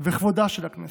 וכבודה של הכנסת.